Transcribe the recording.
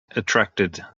attracted